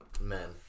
men